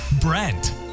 Brent